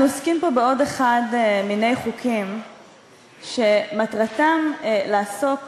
אנחנו עוסקים פה בעוד אחד מני חוקים שמטרתם לעסוק